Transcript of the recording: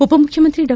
ಉಪಮುಖ್ಯಮಂತ್ರಿ ಡಾ